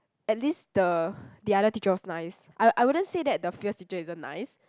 at least the the other teacher was nice I I wouldn't say that the fierce teacher isn't nice